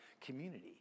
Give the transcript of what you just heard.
community